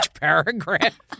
paragraph